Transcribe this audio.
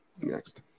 Next